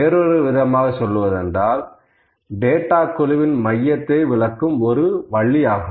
வேறொரு விதமாக சொல்வதானால் டேட்டா குழுவின் மையத்தை விளக்கும் ஒரு வழியாகும்